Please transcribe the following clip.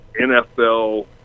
NFL